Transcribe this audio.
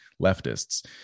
leftists